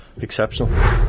exceptional